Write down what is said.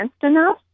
enough